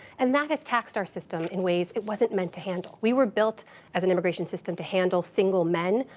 and that has taxed our system in ways it wasn't meant to handle. we were built as an immigration system to handle single men.